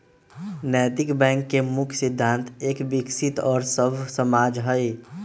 नैतिक बैंक के मुख्य सिद्धान्त एक विकसित और सभ्य समाज हई